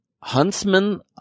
Huntsman